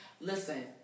listen